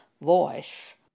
voice